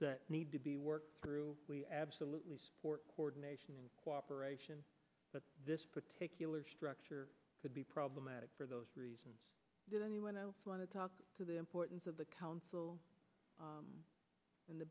that need to be worked through we absolutely support coordination and cooperation but this particular structure could be problematic for those reasons does anyone else want to talk to the importance of the council